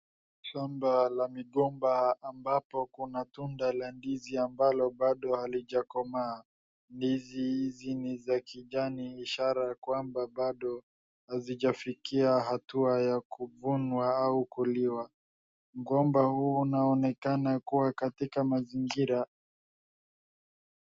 Shamba la migomba ambapo kuna tunda la ndizi ambalo bado halijakomaa. Ndizi hizi ni za kijani ishara ya kwamba bado hazijafikia hatua ya kuvunwa au kuliwa. Mgomba huu unaonekana kuwa katika mazingira.